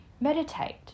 meditate